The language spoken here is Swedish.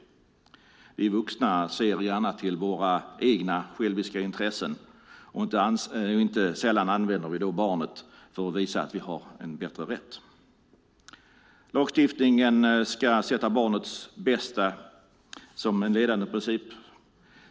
Vi vuxna ser gärna till våra egna själviska intressen, och inte sällan använder vi då barnet för att visa att vi har en bättre rätt. Lagstiftningen ska ha barnets bästa som en ledande princip.